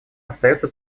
остается